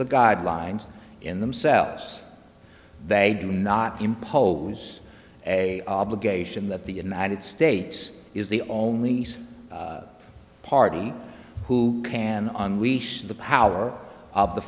the guidelines in themselves they do not impose a obligation that the united states is the only party who can unleash the power of the